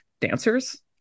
dancers